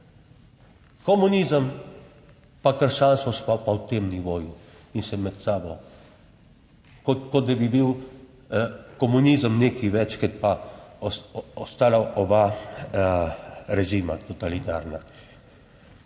komunizem pa krščanstvo, pa v tem nivoju in se med sabo kot da bi bil komunizem nekaj več, kot pa ostala oba režima, totalitarna.